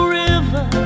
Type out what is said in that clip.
river